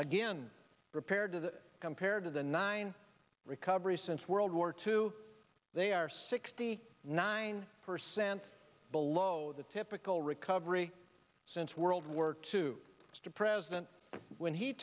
again repaired to that compared to the nine recovery since world war two they are sixty nine percent below the typical recovery since world war two the president when he